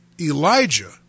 Elijah